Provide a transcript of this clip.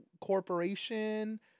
corporation